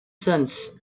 sons